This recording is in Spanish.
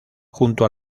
junto